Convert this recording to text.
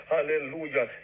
Hallelujah